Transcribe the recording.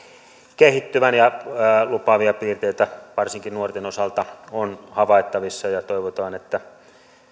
kehittyvän ja lupaavia piirteitä varsinkin nuorten osalta on havaittavissa ja toivotaan että